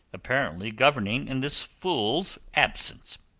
apparently governing in this fool's absence.